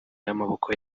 y’amaboko